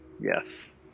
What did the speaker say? yes